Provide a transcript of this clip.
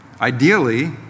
Ideally